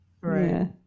Right